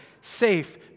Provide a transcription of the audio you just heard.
safe